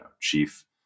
chief